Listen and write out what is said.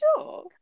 sure